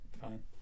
Fine